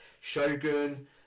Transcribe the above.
Shogun